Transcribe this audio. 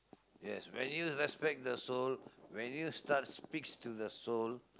yes when you respect the soul when you starts speaks to the soul